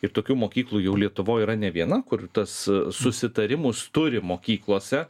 ir tokių mokyklų jau lietuvoj yra ne viena kur tas susitarimus turi mokyklose